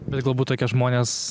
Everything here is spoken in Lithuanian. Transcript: bet galbūt tokie žmonės